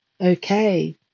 okay